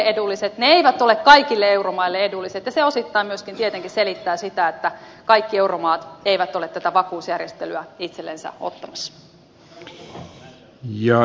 ne eivät ole kaikille euromaille edulliset ja se osittain myöskin tietenkin selittää sitä että kaikki euromaat eivät ole tätä vakuusjärjestelyä itsellensä ottamassa